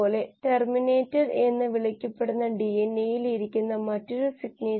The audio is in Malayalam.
അതിനാൽ ഈ 3 ബ്രാഞ്ച് പോയിന്റുകൾ കാണിച്ചിരിക്കുന്നു G 6 P P E P pyruvate ഈ 3 നോഡുകൾ